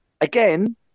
again